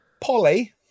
Polly